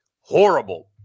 horrible –